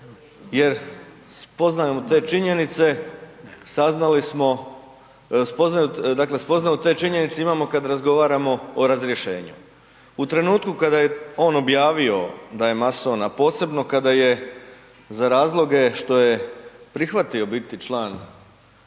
jer spoznajom te činjenice imamo kada razgovaramo o razrješenju. U trenutku kada je on objavio da je on mason, a posebno kada je za razloge što je prihvatio biti član